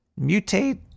Mutate